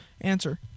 answer